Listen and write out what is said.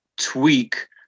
tweak